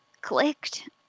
clicked